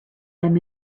them